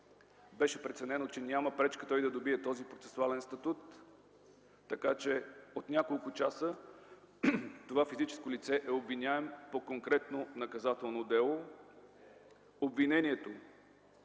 Беше преценено, че няма пречка той да придобие този процесуален статут. Така че от няколко часа това физическо лице е обвиняем по конкретно наказателно дело. Обвинението,